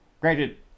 Granted